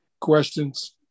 questions